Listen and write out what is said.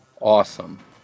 Awesome